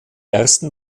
ersten